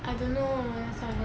I don't know that's why